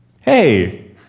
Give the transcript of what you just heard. hey